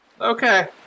Okay